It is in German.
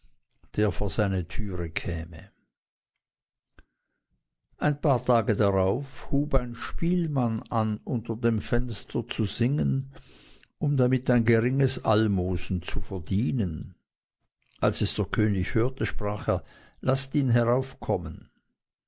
der vor seine türe käme ein paar tage darauf hub ein spielmann an unter dem fenster zu singen um damit ein geringes almosen zu verdienen als es der könig hörte sprach er laßt ihn heraufkommen